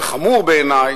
וחמור בעיני,